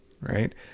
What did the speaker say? right